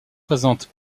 présente